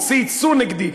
צייצו נגדי,